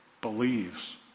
believes